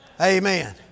Amen